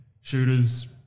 shooters